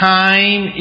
time